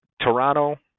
Toronto